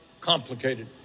complicated